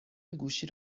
گوشی